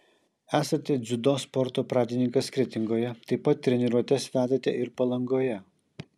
esate dziudo sporto pradininkas kretingoje taip pat treniruotes vedate ir palangoje